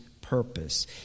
purpose